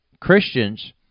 Christians